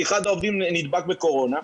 כי אחד העובדים נדבק בקורונה,